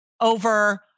over